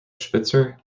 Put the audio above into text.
spitzer